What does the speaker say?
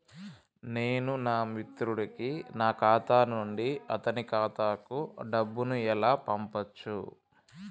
నేను నా మిత్రుడి కి నా ఖాతా నుండి అతని ఖాతా కు డబ్బు ను ఎలా పంపచ్చు?